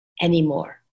anymore